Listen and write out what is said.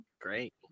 Great